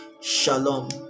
shalom